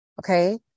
Okay